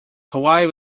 hawaiian